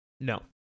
No